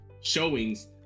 showings